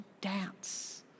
dance